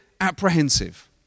apprehensive